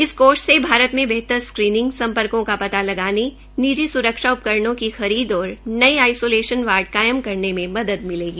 इस कोष से भारत में बेहतर स्क्रीनिंग सम्पर्को का पता लगाने निजी सुरक्षा उपकरणों की खरीद और नये आइसोलेशल वार्ड कायम करने में मदद मिलेगी